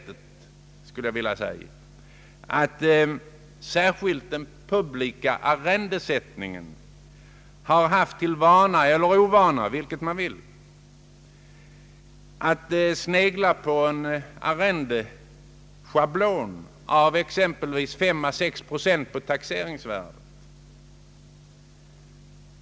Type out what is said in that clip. Tyvärr har särskilt den publika arrendesättningen haft till vana — eller ovana, vilket man vill — att snegla på en arrendeschablon av exempelvis 5 å 6 procent på taxeringsvärdet.